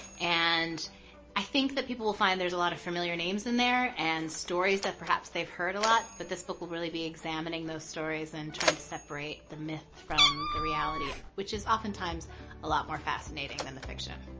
and i think that people will find there's a lot of familiar names in there and stories that perhaps they've heard a lot. but this book will really be examining those stories and trying to separate the myth from the reality, which is oftentimes a lot more fascinating than the fiction.